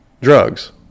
drugs